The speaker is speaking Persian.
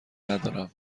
ندارم